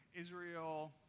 Israel